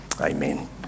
Amen